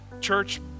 church